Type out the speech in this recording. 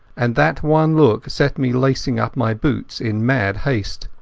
and that one look set me lacing up my boots in mad haste.